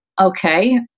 okay